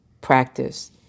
Practice